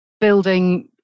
building